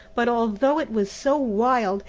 but although it was so wild,